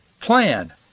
plan